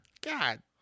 God